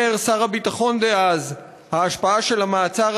אומר שר הביטחון דאז: ההשפעה של המעצר